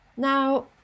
Now